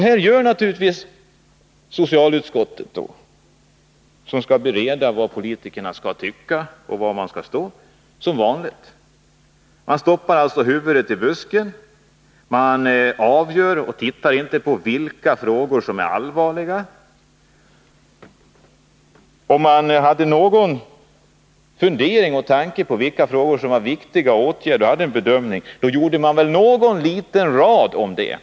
Nu gör naturligtvis socialutskottet, som skall bereda vad politikerna skall tycka och var de skall stå, som vanligt — man stoppar alltså huvudet i busken. Man avgör ärendena utan att se på vilka frågor som är allvarliga. Om man hade haft någon fundering över eller tanke på vilka frågor som är viktiga att åtgärda och om man gjort en bedömning, då hade man väl skrivit någon liten rad om det.